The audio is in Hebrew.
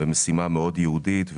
במשימה מאוד ייעודית,